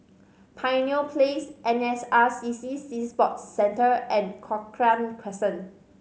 Pioneer Place N S R C C Sea Sports Centre and Cochrane Crescent